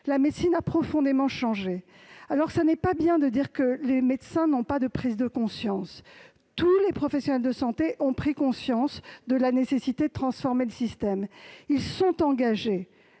et M. Amiel l'ont souligné. Il n'est pas bien de dire que les médecins n'ont pas de prise de conscience ! Tous les professionnels de santé ont pris conscience de la nécessité de transformer le système. Ils sont engagés